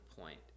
point